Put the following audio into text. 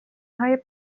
های